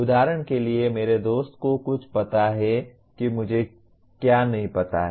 उदाहरण के लिए मेरे दोस्त को कुछ पता है कि मुझे क्या नहीं पता है